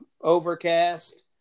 Overcast